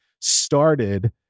started